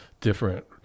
different